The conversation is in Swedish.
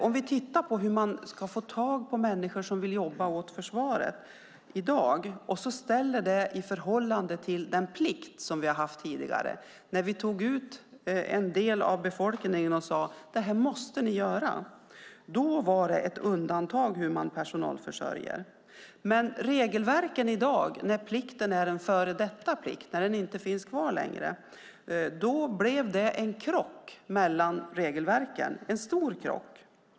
Vi kan titta på frågan hur man ska få tag på människor som vill jobba åt försvaret i dag och ställa detta i förhållande till den plikt vi hade tidigare, när vi tog ut en del av befolkningen och sade: Detta måste ni göra. Då var det ett undantag hur man ordnade personalförsörjningen. Men när nu plikten är en före detta plikt som inte finns kvar längre blir det en krock mellan regelverken - en stor krock.